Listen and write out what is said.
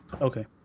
Okay